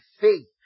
faith